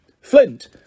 Flint